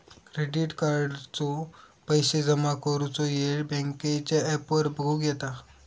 credit कार्डाचो पैशे जमा करुचो येळ बँकेच्या ॲपवर बगुक येता